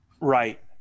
Right